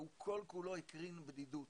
והוא כל כולו הקרין בדידות.